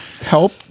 Help